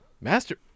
Master